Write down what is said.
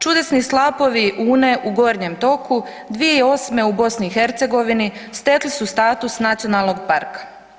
Čudesni slapovi Une u gornjem toku, 2008. u BiH stekli su status nacionalnog parka.